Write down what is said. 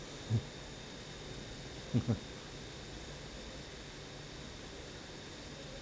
mm